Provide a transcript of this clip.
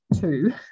two